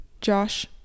Josh